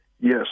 Yes